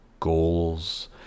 goals